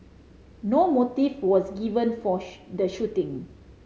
no motive was given for the shooting